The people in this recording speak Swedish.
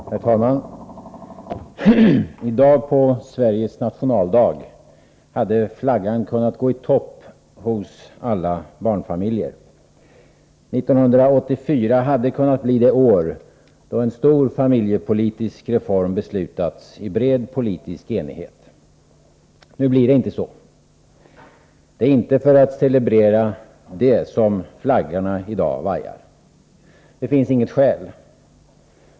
Herr talman! I dag på Sveriges nationaldag hade flaggan kunnat gå i topp hos alla barnfamiljer. 1984 hade kunnat bli det år, då en stor familjepolitisk reform beslutats i bred politisk ertighet. Nu blir det inte så. Det är inte för att celebrera det som flaggan vajar i dag. Det finns inget skäl.